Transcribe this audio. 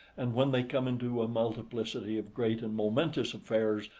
and when they come into a multiplicity of great and momentous affairs,